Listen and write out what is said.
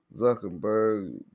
zuckerberg